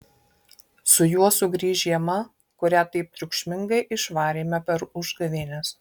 su juo sugrįš žiema kurią taip triukšmingai išvarėme per užgavėnes